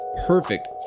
perfect